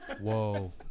Whoa